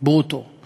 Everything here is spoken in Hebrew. בחוק הדיור הציבורי